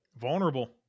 Vulnerable